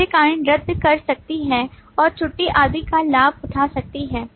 कार्यकारिणी रद्द कर सकती है और छुट्टी आदि का लाभ उठा सकती है